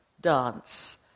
dance